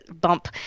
bump